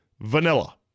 Vanilla